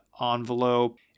envelope